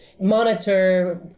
monitor